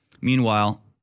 Meanwhile